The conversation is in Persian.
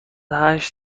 هشت